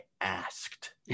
asked